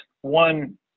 one